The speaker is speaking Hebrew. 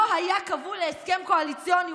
לא היה כבול להסכם קואליציוני.